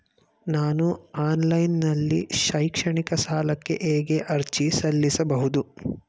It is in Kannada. ನಾನು ಆನ್ಲೈನ್ ನಲ್ಲಿ ಶೈಕ್ಷಣಿಕ ಸಾಲಕ್ಕೆ ಹೇಗೆ ಅರ್ಜಿ ಸಲ್ಲಿಸಬಹುದು?